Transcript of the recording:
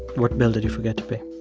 what bill did you forget to pay?